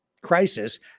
crisis